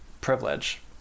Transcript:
privilege